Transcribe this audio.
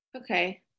Okay